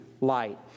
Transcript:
light